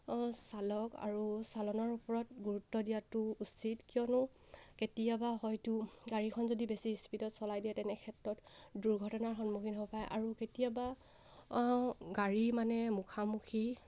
চালক আৰু চালনৰ ওপৰত গুৰুত্ব দিয়াটো উচিত কিয়নো কেতিয়াবা হয়তো গাড়ীখন যদি বেছি স্পীডত চলাই দিয়ে তেনেক্ষেত্ৰত দুৰ্ঘটনাৰ সন্মুখীন হ'ব পাৰে আৰু কেতিয়াবা গাড়ী মানে মুখামুখি